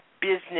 business